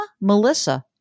Melissa